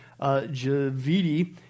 Javidi